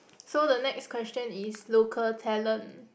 so the next question is local talent